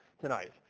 tonight